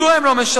מדוע הם לא משרתים?